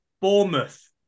Bournemouth